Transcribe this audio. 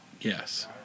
Yes